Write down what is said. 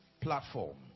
platform